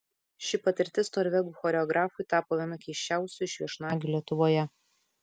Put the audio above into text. ši patirtis norvegų choreografui tapo viena keisčiausių iš viešnagių lietuvoje